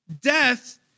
Death